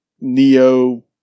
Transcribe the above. neo